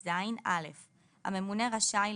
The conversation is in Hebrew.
26טזפריסת תשלומים הממונה רשאי,